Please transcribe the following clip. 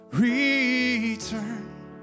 Return